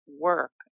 work